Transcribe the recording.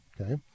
okay